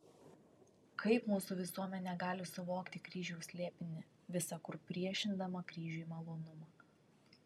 kaip mūsų visuomenė gali suvokti kryžiaus slėpinį visa kur priešindama kryžiui malonumą